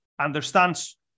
understands